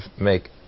make